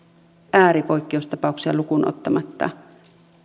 ääripoikkeustapauksia lukuun ottamatta